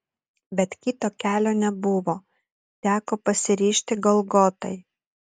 bet kito kelio nebuvo teko pasiryžti golgotai